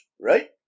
right